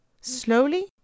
Slowly